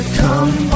come